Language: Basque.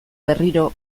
berriro